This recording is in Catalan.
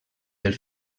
del